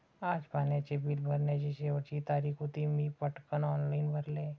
आज पाण्याचे बिल भरण्याची शेवटची तारीख होती, मी पटकन ऑनलाइन भरले